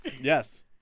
Yes